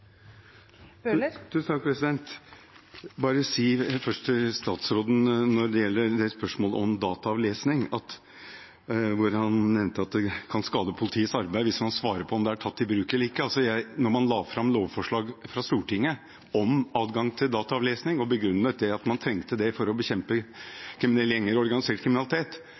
bare først si til statsråden når det gjelder spørsmålet om dataavlesning, hvor han nevnte at det kan skade politiets arbeid hvis man svarer på om det er tatt i bruk eller ikke: Da man la fram lovforslag for Stortinget om adgang til dataavlesning og begrunnet det med at man trengte det for å bekjempe kriminelle gjenger og organisert kriminalitet,